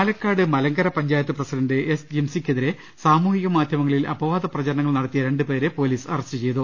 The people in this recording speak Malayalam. പാലക്കാട് മങ്കര പഞ്ചായത്ത്പ്രസിഡന്റ് എസ് ജിംസിക്കെ തിരെ സാമൂഹിക മാധ്യമങ്ങളിൽ അപവാദപ്രചരണങ്ങൾ നട ത്തിയ രണ്ടുപേരെ പൊലീസ് അറസ്റ്റ് ചെയ്തു